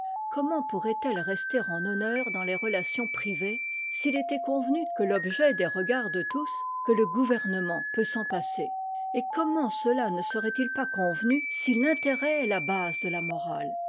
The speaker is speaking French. comment pourrait eue rester en honneur dans les relations privées s'il était convenu que l'objet des regards de tous que le gouvernement peut s'en passer et comment cela ne seratt it pas convenu si l'intérêt est la base de la morale